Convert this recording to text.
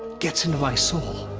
gets into my soul.